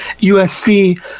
USC